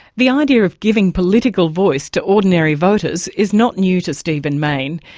the idea of giving political voice to ordinary voters is not new to stephen mayne.